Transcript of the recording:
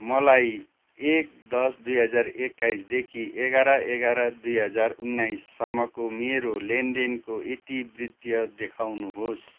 मलाई एक दस दुई हजार एक्काइसदेखि एघार एघार दुई हजार उन्नाइससम्मको मेरो लेनदेनको इतिवृत्त देखाउनुहोस्